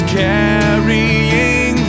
carrying